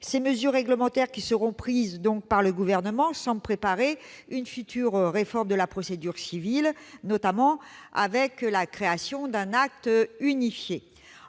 Les mesures réglementaires qui seront prises par le Gouvernement semblent préparer une future réforme de la procédure civile, notamment avec la création d'un acte unifié.